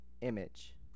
image